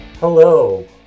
Hello